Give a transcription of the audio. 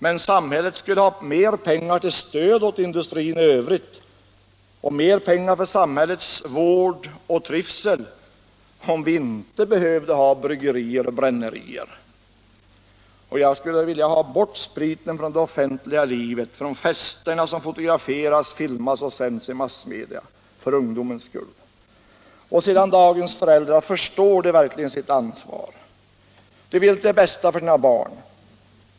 Men samhället skulle ha mer pengar till stöd för industrin i övrigt och för samhällets trivsel och vård om vi inte hade brännerier och bryggerier. Jag skulle för ungdomens skull vilja ha bort spriten från det offentliga livet, från festerna som fotograferas, filmas och sänds i massmedia. Och dagens föräldrar — förstår de verkligen sitt ansvar? De vill det bästa för sina barn.